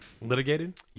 Litigated